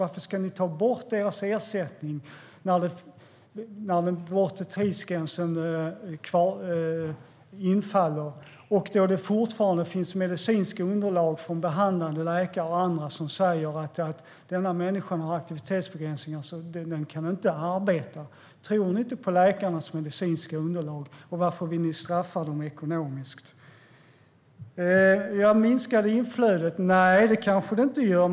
Varför ska ni ta bort deras ersättning när den bortre tidsgränsen infaller och då det fortfarande finns medicinska underlag från behandlande läkare och andra som säger att denna människa har aktivitetsbegränsningar och inte kan arbeta? Tror ni inte på läkarnas medicinska underlag, och varför vill ni straffa de här människorna ekonomiskt? Minskar inflödet? Nej, det kanske det inte gör.